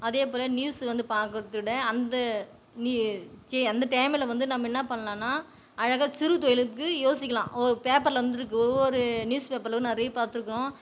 அதேபோல் நியூஸு வந்து பார்க்கறத விட அந்த நீ சே அந்த டைமில் வந்து நம்ம என்ன பண்ணலான்னா அழகாக சிறு தொழிலுக்கு யோசிக்கலாம் ஒரு பேப்பரில் வந்திருக்கு ஒவ்வொரு நியூஸ் பேப்பரிலும் நிறைய பார்த்துருக்கறோம்